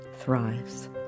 thrives